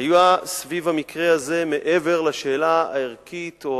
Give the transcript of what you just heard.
היו סביב המקרה הזה, מעבר לשאלה הערכית או